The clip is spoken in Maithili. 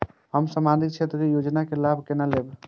हम सामाजिक क्षेत्र के योजना के लाभ केना लेब?